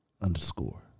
underscore